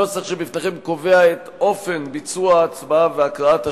הנוסח שבפניכם קובע את אופן ביצוע ההצבעה והקראת השמות,